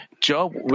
Job